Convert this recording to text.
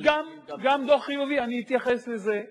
לסדר-היום בנושא מפעל "מרכבים" תעבורנה לדיון בוועדת העבודה והרווחה.